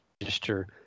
register